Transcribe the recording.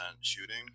shooting